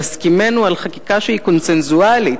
בהסכימנו על חקיקה שהיא קונסנזואלית.